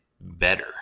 better